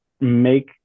make